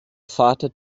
vater